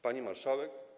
Pani Marszałek!